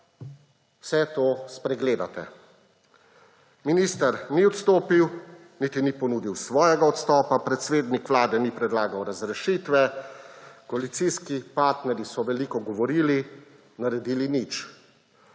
vse to spregledate. Minister ni odstopil niti ni ponudil svojega odstopa, predsednik Vlade ni predlagal razrešitve, koalicijski partnerji so veliko govorili, naredili nič.